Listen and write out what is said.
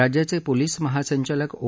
राज्याचे पोलिस महासंचालक ओ